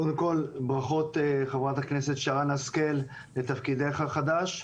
קודם כל ברכות לחברת הכנסת שרן השכל לתפקידך החדש.